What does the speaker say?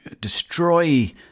destroy